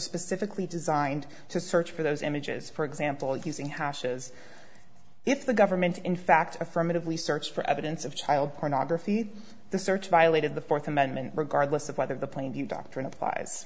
specifically designed to search for those images for example using hashes if the government in fact affirmatively search for evidence of child pornography in the search violated the fourth amendment regardless of whether the plainview doctrine applies